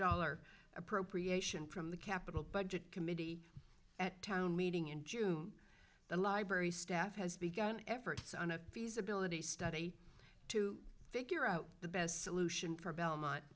dollar appropriation from the capital budget committee at town meeting in june the library staff has begun efforts on a feasibility study to figure out the best solution for belmont